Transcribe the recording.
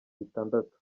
bitandatu